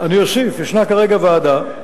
אני אוסיף: יש כרגע ועדה,